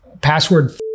Password